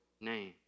name